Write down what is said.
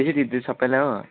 सबैलाई